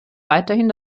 weiterhin